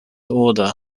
order